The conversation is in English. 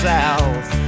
South